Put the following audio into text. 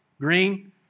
Green